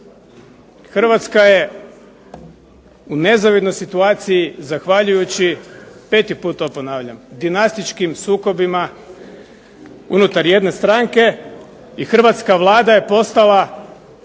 Hrvatska je u nezavidnoj situaciji zahvaljujući, peti put to ponavljam, dinastičkim sukobima unutar jedne stranke i Hrvatska vlada je postala